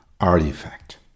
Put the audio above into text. artifact